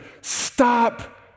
stop